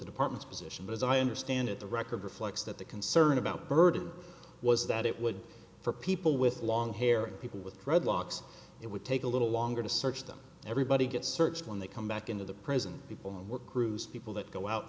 the department's position but as i understand it the record reflects that the concern about bird was that it would for people with long hair people with dreadlocks it would take a little longer to search them everybody gets searched when they come back into the prison people work crews people that go out